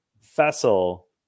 Fessel